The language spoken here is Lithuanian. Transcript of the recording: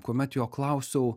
kuomet jo klausiau